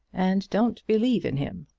and don't believe in him.